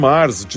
Mars